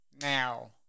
now